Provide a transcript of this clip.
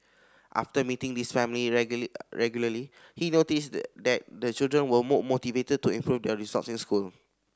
after meeting these family regularly he noticed the that the children were more motivated to improve their results in school